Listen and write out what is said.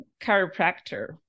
chiropractor